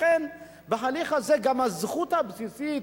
לכן, בהליך הזה, גם הזכות הבסיסית,